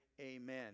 Amen